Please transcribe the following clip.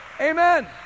Amen